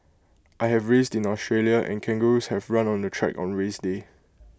I have raced in Australia and kangaroos have run on the track on race day